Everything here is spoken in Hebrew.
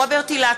נגד רוברט אילטוב,